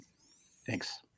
thanks